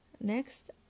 Next